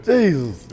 Jesus